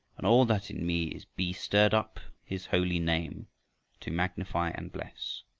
and all that in me is be stirred up his holy name to magnify and bless.